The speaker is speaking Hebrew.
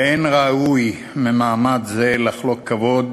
ואין ראוי ממעמד זה לחלוק כבוד